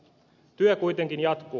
työ kuitenkin jatkuu